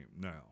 now